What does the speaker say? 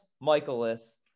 Michaelis